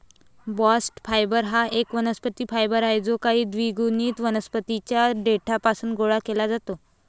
bast fibre हा एक वनस्पती फायबर आहे जो काही द्विगुणित वनस्पतीं च्या देठापासून गोळा केला जातो